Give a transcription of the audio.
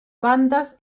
bandas